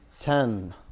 ten